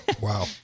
Wow